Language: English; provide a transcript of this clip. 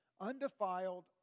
undefiled